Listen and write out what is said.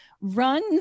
runs